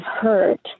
hurt